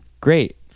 Great